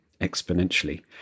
exponentially